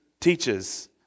teaches